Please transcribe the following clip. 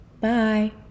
Bye